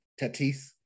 Tatis